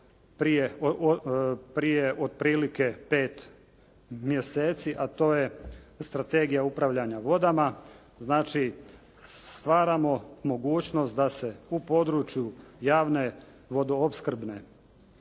prije otprilike 5 mjeseci a to je Strategija upravljanja vodama znači stvaramo mogućnost da se u području javne vodoopskrbe